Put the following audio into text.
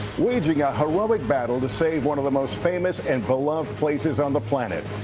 waging a heroic battle to save one of the most famous and beloved places on the planet.